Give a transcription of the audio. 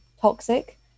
toxic